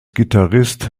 gitarrist